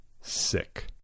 Sick